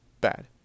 bad